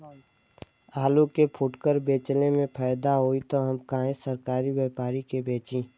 आलू के फूटकर बेंचले मे फैदा होई त हम काहे सरकारी व्यपरी के बेंचि?